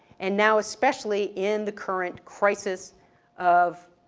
and now especially in the current crisis of